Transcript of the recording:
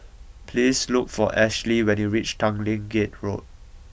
please look for Ashlee when you reach Tanglin Gate Road